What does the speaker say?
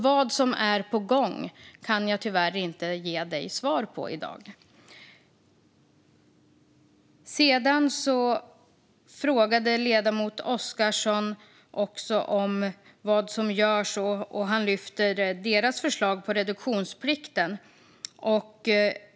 Vad som är på gång kan jag alltså tyvärr inte ge dig svar på i dag, Magnus Oscarsson. Ledamoten Oscarsson frågade också vad som görs, och han lyfte Kristdemokraternas förslag om reduktionsplikten.